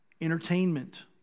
Entertainment